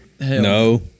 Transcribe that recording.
No